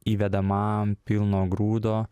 įvedamam pilno grūdo